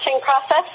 process